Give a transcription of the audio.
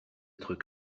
être